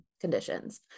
conditions